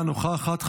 אינה נוכחת.